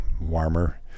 warmer